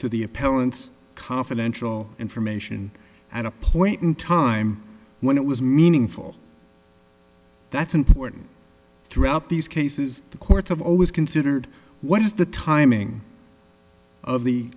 to the appellants confidential information at a point in time when it was meaningful that's important throughout these cases the courts have always considered what is the timing of the